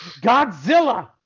Godzilla